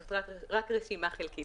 זו רק רשימה חלקית,